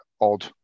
odd